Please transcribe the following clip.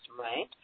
right